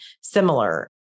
similar